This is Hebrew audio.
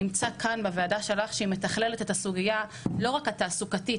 נמצא כאן בוועדה שלך שהיא מתחללת את הסוגייה לא רק התעסוקתית,